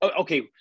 okay